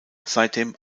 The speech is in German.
seitdem